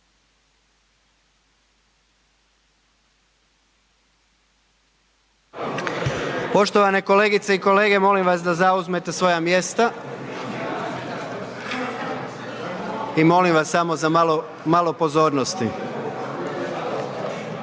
Poštovane kolegice i kolege molim vas da zauzmete svoja mjesta kako bismo mogli nastaviti